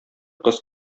кыз